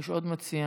יש עוד מציע,